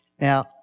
Now